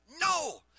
No